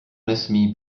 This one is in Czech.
nesmí